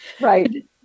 Right